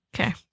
Okay